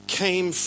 came